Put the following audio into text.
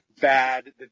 bad